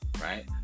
Right